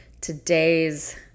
Today's